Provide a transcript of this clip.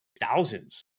thousands